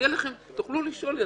תוכלו לשאול,